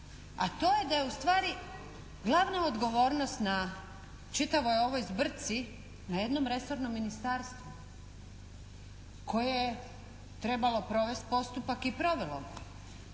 A to je da je ustvari glavna odgovornost na čitavoj ovoj zbrci na jednom resornom ministarstvu koje je trebalo provesti postupak i provelo